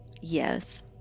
Yes